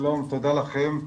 שלום, תודה לכם.